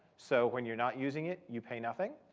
so when you're not using it, you pay nothing,